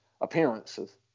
appearances